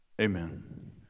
amen